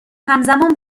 همزمان